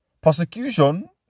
persecution